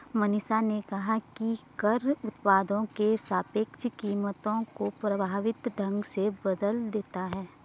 मनीषा ने कहा कि कर उत्पादों की सापेक्ष कीमतों को प्रभावी ढंग से बदल देता है